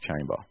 chamber